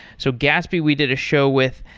so gatsby, we did a show with.